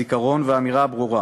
הזיכרון והאמירה הברורה